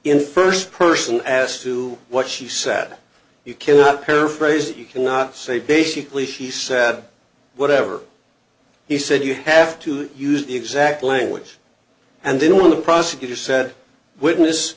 in first person as to what she sat you cannot paraphrase you cannot say basically she said whatever he said you have to use the exact language and then when the prosecutor said witness